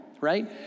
right